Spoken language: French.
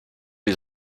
les